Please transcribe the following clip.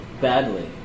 Badly